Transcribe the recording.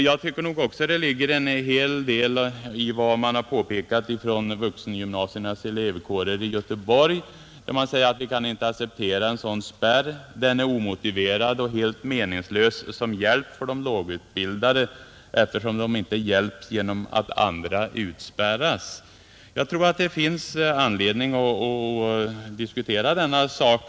Jag tycker också att det ligger en hel del i vad som framhållits från vuxengymnasiernas elevkårer i Göteborg, nämligen att man inte kan acceptera en sådan spärr, den är omotiverad och helt meningslös som hjälp för de lågutbildade, eftersom dessa inte blir hjälpta av att andra utspärras, Jag tror att det finns all anledning att diskutera den saken.